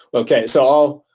okay. so,